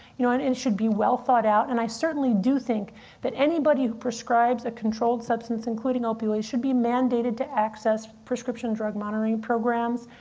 you know and it should be well thought out. and i certainly do think that anybody who prescribes a controlled substance, including opioids, should be mandated to access prescription drug monitoring programs,